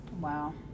Wow